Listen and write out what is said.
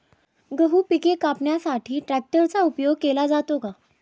गहू पिके कापण्यासाठी ट्रॅक्टरचा उपयोग केला जातो का?